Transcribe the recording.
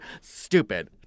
Stupid